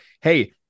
Hey